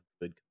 good